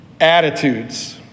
attitudes